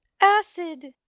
Acid